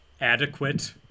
adequate